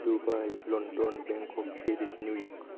Dubai London Bangkok Paris New York